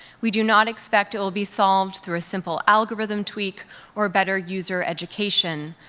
we do not expect it will be solved through a simple algorithm tweak or better user education,